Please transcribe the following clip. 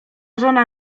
żona